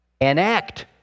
enact